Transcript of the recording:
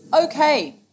okay